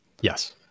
Yes